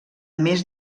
més